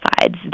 sides